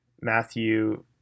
Matthew